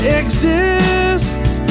exists